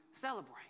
celebrate